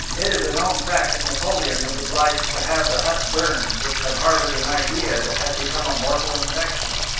it is a known fact that napoleon was obliged to have the hut burned which had harbored an idea that had become a mortal infection.